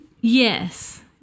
Yes